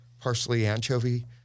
parsley-anchovy